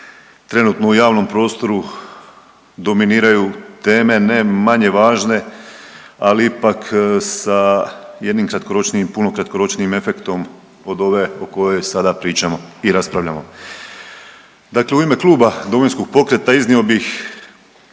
trenutno u javnom prostoru dominiraju teme ne manje važne, ali ipak sa jednim kratkoročnijim, puno kratkoročnijim efektom od ove o kojoj sada pričamo i raspravljamo. Dakle u ime Kluba Domovinskog pokreta iznio bih